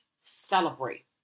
celebrate